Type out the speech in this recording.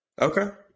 Okay